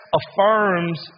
affirms